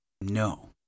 no